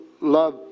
love